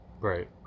Right